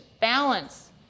balance